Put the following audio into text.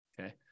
Okay